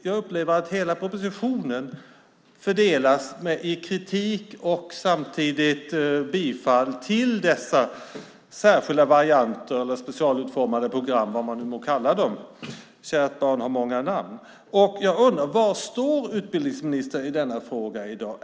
Jag upplever att hela propositionen fördelas i kritik av och i bifall till särskilda varianter eller specialutformade program, vad man nu må kalla dem - kärt barn har många namn. Jag undrar: Var står utbildningsministern i denna fråga i dag?